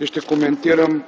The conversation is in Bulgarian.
и ще коментирам